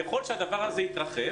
ככל שהדבר הזה יתרחב,